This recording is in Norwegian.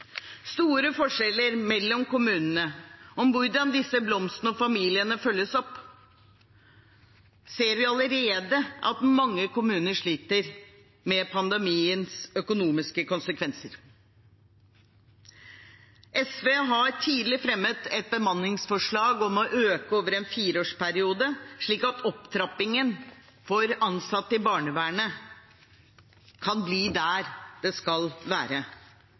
store forskjeller mellom kommunene i hvordan disse blomstene og familiene følges opp. Vi ser allerede at mange kommuner sliter med pandemiens økonomiske konsekvenser. SV har tidligere fremmet et bemanningsforslag om en økning over en fireårsperiode for at opptrappingen for ansatte i barnevernet kan bli det den skal være.